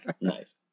Nice